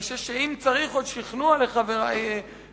אני חושב שאם צריך עוד שכנוע לחברי הכנסת,